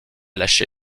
lâcher